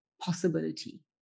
possibility